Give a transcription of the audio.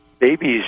Babies